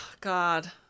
God